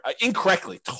incorrectly